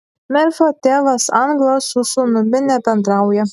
merfio tėvas anglas su sūnumi nebendrauja